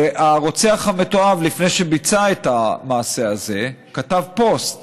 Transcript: הרוצח המתועב, לפני שביצע את המעשה הזה, כתב פוסט